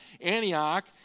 Antioch